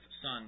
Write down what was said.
Son